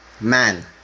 Man